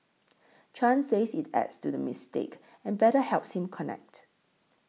Chan says it adds to the mystique and better helps him connect